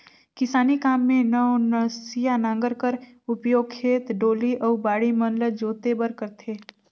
किसानी काम मे नवनसिया नांगर कर उपियोग खेत, डोली अउ बाड़ी मन ल जोते बर करथे